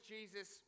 Jesus